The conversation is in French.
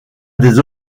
des